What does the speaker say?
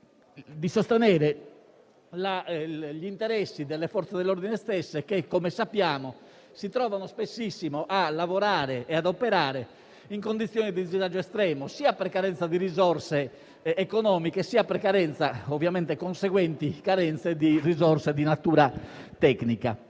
di sostenere gli interessi delle Forze dell'ordine stesse, che, come sappiamo, si trovano spessissimo a lavorare e ad operare in condizioni di disagio estremo, sia per carenza di risorse economiche, sia per carenze di risorse di natura tecnica.